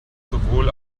sowohl